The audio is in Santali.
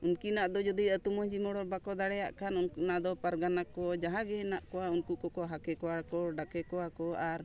ᱩᱱᱠᱤᱱᱟᱜ ᱫᱚ ᱡᱩᱫᱤ ᱟᱛᱳ ᱢᱟᱹᱡᱷᱤ ᱢᱚᱬᱮ ᱦᱚᱲ ᱵᱟᱠᱚ ᱫᱟᱲᱮᱭᱟᱜ ᱠᱷᱟᱱ ᱚᱱᱟ ᱫᱚ ᱯᱟᱨᱜᱟᱱᱟ ᱠᱚ ᱡᱟᱦᱟᱸ ᱜᱮ ᱦᱮᱱᱟᱜ ᱠᱚᱣᱟ ᱩᱱᱠᱩ ᱠᱚ ᱠᱚ ᱦᱟᱠᱮ ᱠᱚᱣᱟ ᱠᱚ ᱰᱟᱠᱮ ᱠᱚᱣᱟ ᱠᱚ ᱟᱨ